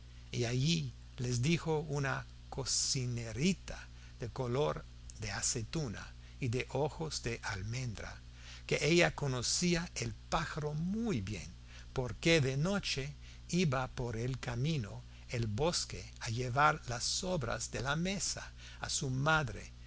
y allí les dijo una cocinerita de color de aceituna y de ojos de almendra que ella conocía el pájaro muy bien porque de noche iba por el camino del bosque a llevar las sobras de la mesa a su madre